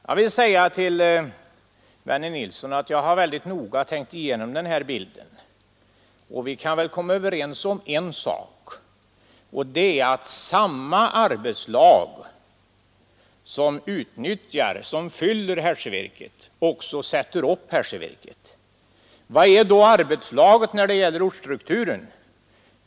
Jag vill säga till vännen Nilsson att jag mycket noga har tänkt igenom den här bilden, och vi kan väl komma överens om en sak, nämligen att samma arbetslag som utnyttjar hässjevirket och som fyller det också sätter upp det. Vad är då arbetslaget när det gäller ortsstrukturen?